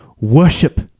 worship